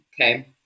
okay